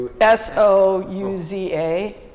S-O-U-Z-A